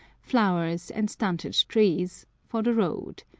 flowers, and stunted trees, for the road.